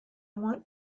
want